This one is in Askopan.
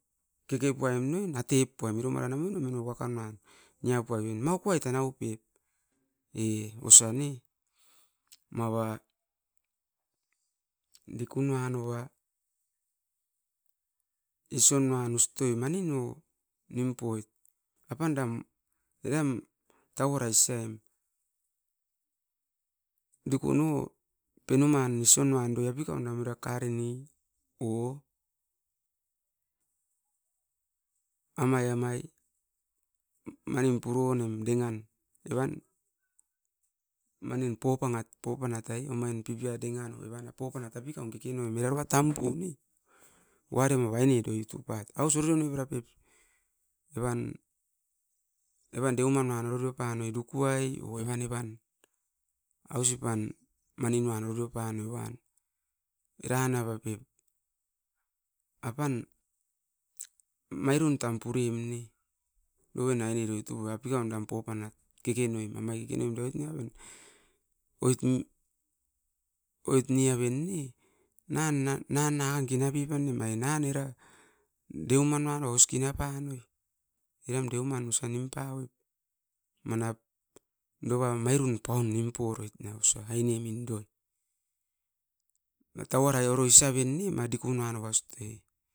Keke puaim na oin atep puaim oiran moino moino waka nuan napuai oin. Mara okuai tanau pep ne, mava dikuna noa ision nan ustoi manin o nim poit apan dam eram tauara isiaim, dikun o penuma ision anoa eram oirat apikian kareni ukan nem o amai amai manin puronem. Manit era popangat evan pipia dengan o popa nat apikian keke noim, aus oririo puno vera pep, evan deu manan pep ororio nem da pep. Dukuai o evan tan. Eran noa pep apan mairun tan puroim ne, apikaun tan popanat keke noim oit neaven ne, nan kina pipanem, ai nan dukuai panem. O eram deuman noanoa kina pipanem, oro tau ara isian tan.